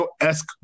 esque